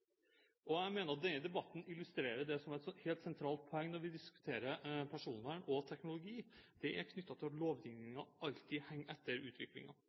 press. Jeg mener at denne debatten illustrerer et helt sentralt poeng når vi diskuterer personvern og teknologi, og det er knyttet til at lovgivningen alltid henger etter